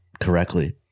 correctly